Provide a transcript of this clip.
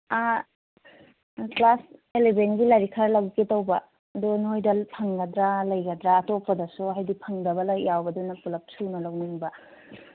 class ꯏꯂꯦꯚꯦꯟꯒꯤ ꯂꯥꯏꯔꯤꯛ ꯈꯔ ꯂꯧꯒꯦ ꯇꯧꯕ ꯑꯗꯣ ꯅꯣꯏꯗ ꯐꯪꯒꯗ꯭ꯔꯥ ꯂꯩꯒꯗ꯭ꯔꯥ ꯑꯇꯣꯞꯄꯗꯁꯨ ꯍꯥꯏꯗꯤ ꯐꯪꯗꯕ ꯂꯥꯏꯔꯤꯛ ꯌꯥꯎꯕꯗꯨꯅ ꯄꯨꯂꯞ ꯁꯨꯅ ꯂꯧꯅꯤꯡꯕ